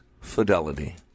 fidelity